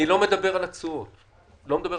אני לא מדבר על התשואות כרגע.